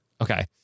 Okay